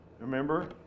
Remember